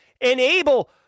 enable